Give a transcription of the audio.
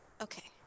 Okay